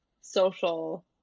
social